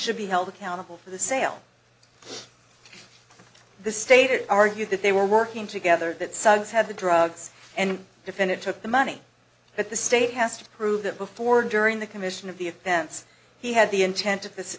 should be held accountable for the sale of the stated argued that they were working together that suggs had the drugs and defendant took the money but the state has to prove that before during the commission of the offense he had the intent of this